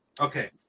Okay